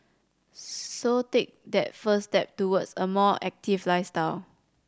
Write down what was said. so take that first step towards a more active lifestyle